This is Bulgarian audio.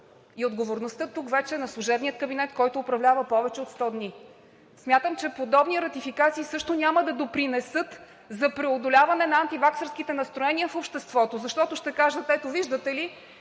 и отговорността тук вече е на служебния кабинет, който управлява повече от 100 дни. Смятам, че подобни ратификации също няма да допринесат за преодоляване на антиваксърските настроения в обществото, защото ще кажат: ето виждате ли,